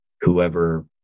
whoever